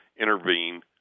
intervene